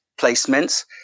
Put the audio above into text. placements